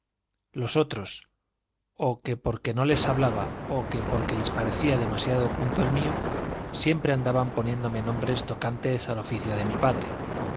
los otros o que porque no les hablaba o que porque les parecía demasiado punto el mío siempre andaban poniéndome nombres tocantes al oficio de mi padre